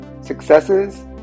successes